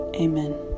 Amen